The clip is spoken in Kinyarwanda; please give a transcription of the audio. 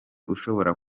ushobora